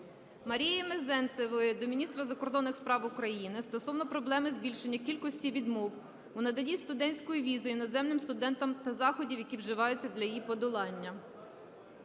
Марії Мезенцевої до міністра закордонних справ України стосовно проблеми збільшення кількості відмов у наданні студентської візи іноземним студентам та заходів, які вживаються для її подолання.